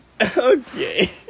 okay